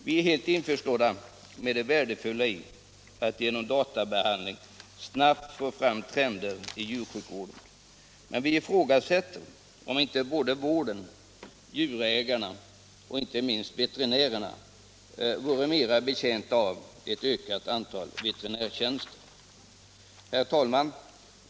Vi förstår mycket väl det värdefulla i att genom databehandling snabbt få fram trender inom djursjukvården, men vi ifrågasätter om inte vården, djurägarna och inte minst veterinärerna vore mera betjänta av en ökning av antalet veterinärtjänster. Herr talman!